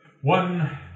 One